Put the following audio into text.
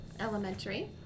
elementary